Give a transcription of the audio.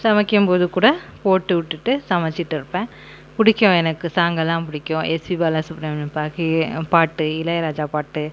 சமைக்கும்போது கூட போட்டுவிட்டுட்டு சமைச்சிட்டு இருப்பேன் பிடிக்கும் எனக்கு சாங்லாம் பிடிக்கும் எஸ்பி பாலசுப்ரமணியன் பாக்கயே பாட்டு இளையராஜா பாட்டு